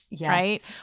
right